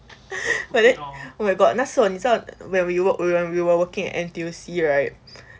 but then oh my god 那时候你知道 where we work when we work in N_T_U_C right